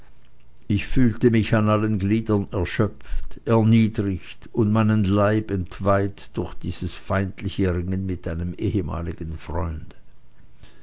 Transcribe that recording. ich fühlte mich an allen gliedern erschöpft erniedrigt und meinen leib entweiht durch dieses feindliche ringen mit einem ehemaligen freunde